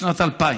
בשנת 2000,